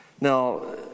Now